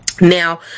Now